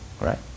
Right